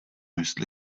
jestli